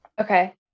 Okay